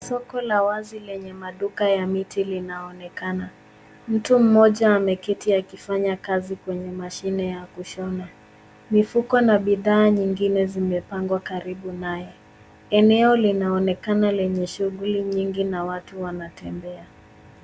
Soko la wazi lenye maduka ya miti linaonekana. Mtu mmoja ameketi akifanya kazi kwenye mashine ya kushona. Mifuko na bidhaa nyingine zimepangwa karibu naye. Eneo linaonekana lenye shughuli nyingi na watu wanatembea.